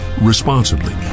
responsibly